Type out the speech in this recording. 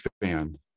fan